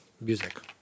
music